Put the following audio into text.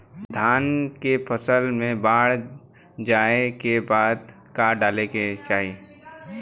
धान के फ़सल मे बाढ़ जाऐं के बाद का डाले के चाही?